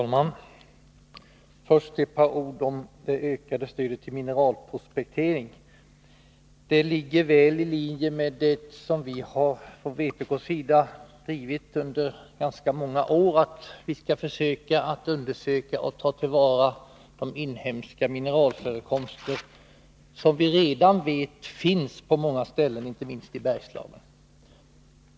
Fru talman! Först några ord om det ökade stödet till mineralprospektering. Detta ligger väli linje med det som vi från vpk:s sida har drivit under ganska många år — att vi skall undersöka och försöka ta till vara de inhemska mineralförekomster som vi redan vet finns på många ställen, inte minst i Bergslagen.